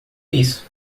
isso